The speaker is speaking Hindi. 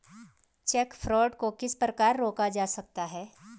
चेक फ्रॉड को किस प्रकार रोका जा सकता है?